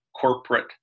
corporate